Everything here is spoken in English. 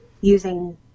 using